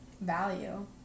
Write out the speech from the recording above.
value